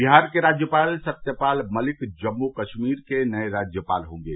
बिहार के राज्यपाल सत्यपाल मलिक जम्मू कम्मीर के नए राज्यपाल होंगे